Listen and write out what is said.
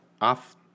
off